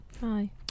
Hi